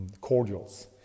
cordials